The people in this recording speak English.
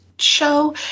Show